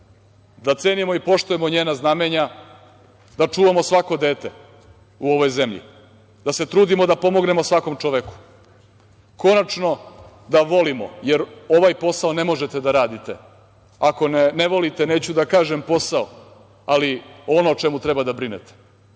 da cenimo i poštujemo njena znamenja, da čuvamo svako dete u ovoj zemlji, da se trudimo da pomognemo svakom čoveku. Konačno, da volimo, jer ovaj posao ne možete da radite, ako ne volite. Neću da kažem posao, ali ono o čemu treba da brinete,